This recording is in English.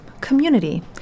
Community